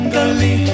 Gully